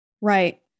Right